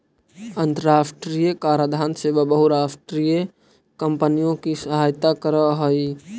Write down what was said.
अन्तराष्ट्रिय कराधान सेवा बहुराष्ट्रीय कॉम्पनियों की सहायता करअ हई